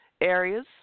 areas